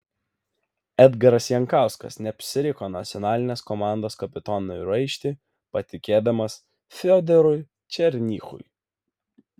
edgaras jankauskas neapsiriko nacionalinės komandos kapitono raištį patikėdamas fiodorui černychui